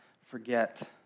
forget